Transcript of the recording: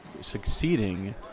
succeeding